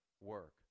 work